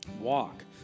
walk